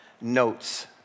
notes